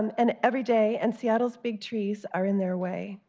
and and every day. and, seattle's big trees are in their way.